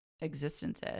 Existences